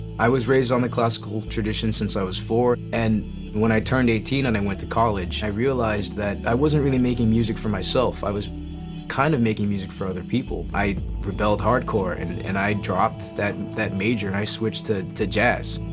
i was raised on the classical tradition since i was four, and when i turned eighteen and i went to college i realized that i wasn't really making music for myself. i was kind of making music for other people. i rebelled hard core and and i dropped that that major, and i switched to to jazz.